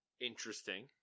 Interesting